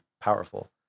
powerful